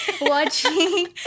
watching